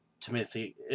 Timothy